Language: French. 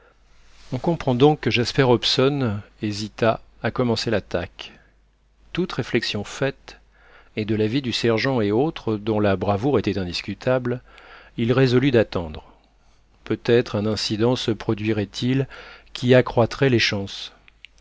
on comprend donc que jasper hobson hésitât à commencer l'attaque toute réflexion faite et de l'avis du sergent et autres dont la bravoure était indiscutable il résolut d'attendre peut-être un incident se produirait il qui accroîtrait les chances